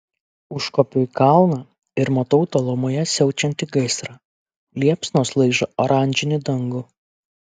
užkopiu į kalną ir matau tolumoje siaučiantį gaisrą liepsnos laižo oranžinį dangų